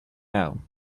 know